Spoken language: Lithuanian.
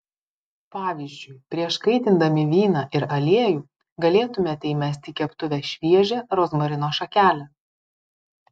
pavyzdžiui prieš kaitindami vyną ir aliejų galėtumėte įmesti į keptuvę šviežią rozmarino šakelę